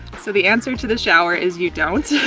so the answer to the shower is you don't.